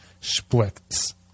splits